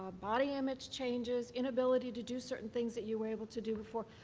ah body image changes, inability to do certain things that you were able to do before,